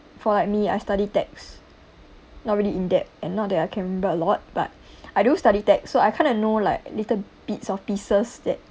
for me I study tax not really in-depth and not that I can remember a lot but I do study tax so I kind of know like little bits of pieces that